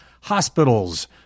hospitals